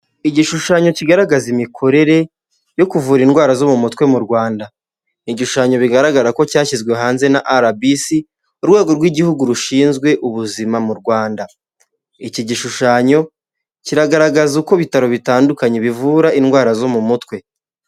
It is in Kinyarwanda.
Igishushanyo kigaragaza imikorere yo kuvura indwara zo mu mutwe mu Rwanda, igishushanyo bigaragara ko cyashyizwe hanze na arabisi, urwego rw'igihugu rushinzwe ubuzima mu Rwanda, iki gishushanyo kiragaragaza uko ibitaro bitandukanye bivura indwara zo mu mutwe.